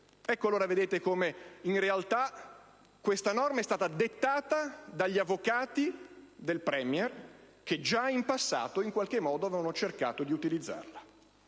allora come, in realtà, questa norma è stata dettata dagli avvocati del*Premier*, che già in passato in qualche modo avevano cercato di utilizzarla.